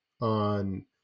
on